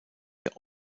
der